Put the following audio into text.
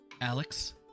Alex